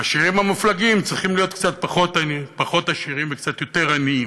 העשירים המופלגים צריכים להיות קצת פחות עשירים וקצת יותר עניים,